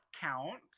count